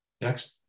Next